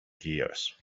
gears